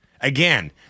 Again